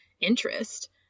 interest